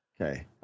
Okay